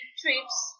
trips